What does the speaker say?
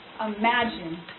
imagine